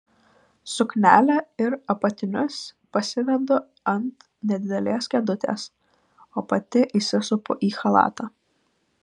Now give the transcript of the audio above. suknelę ir apatinius pasidedu ant nedidelės kėdutės o pati įsisupu į chalatą